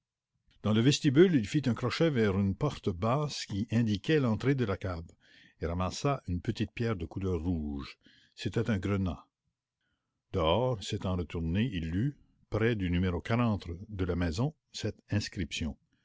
dans le vestibule il fit un crochet vers une petite porte basse et ramassa une menue perle de jais qui tachait la blancheur d'une dalle dehors il se retourna et lut près du numéro de la maison cette inscrip